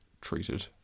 treated